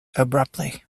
abruptly